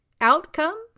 outcome